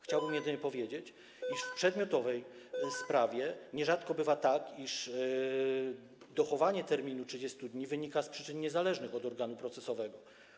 Chciałbym jedynie powiedzieć, iż w przedmiotowej sprawie nierzadko bywa tak, iż dochowanie 30-dniowego terminu wynika z przyczyn niezależnych od organu procesowego.